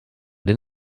den